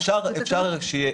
אפשר לכתוב